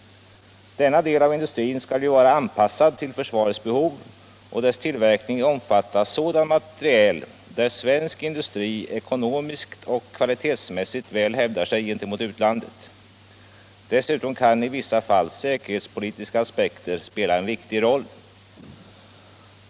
Denna del av industrin skall ju vara anpassad till försvarets behov och dess tillverkning omfatta sådan materiel där svensk industri ekonomiskt och kvalitetsmässigt väl hävdar sig gentemot utlandet. Dess-- utom kan i vissa fall säkerhetspolitiska aspekter spela en viktig roll.